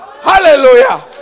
Hallelujah